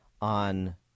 on